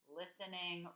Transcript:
listening